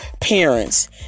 parents